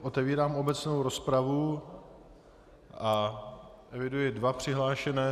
Otevírám obecnou rozpravu a eviduji dva přihlášené.